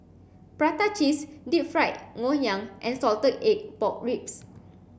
prata cheese deep fried Ngoh Hiang and salted egg pork ribs